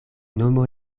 nomo